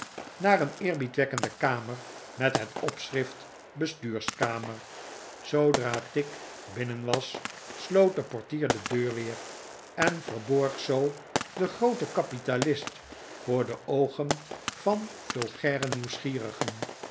naar een eerbiedwekkende kamer met het opschrift bestuurskamer zoodra tigg binnen was sloot de portier de deur weer en verborg zoo den grooten kapitalist voor de oogen van vulgaire nieuwsgierigen